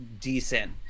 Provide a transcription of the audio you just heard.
decent